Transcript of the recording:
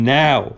now